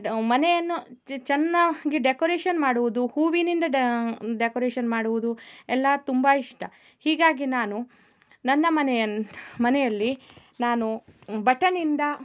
ಮನೆಯನ್ನು ಚೆನ್ನಾಗಿ ಡೆಕೋರೇಷನ್ ಮಾಡುವುದು ಹೂವಿನಿಂದ ಡೆಕೋರೇಷನ್ ಮಾಡುವುದು ಎಲ್ಲಾ ತುಂಬ ಇಷ್ಟ ಹೀಗಾಗಿ ನಾನು ನನ್ನ ಮನೆಯನ್ನು ಮನೆಯಲ್ಲಿ ನಾನು ಬಟನ್ನಿಂದ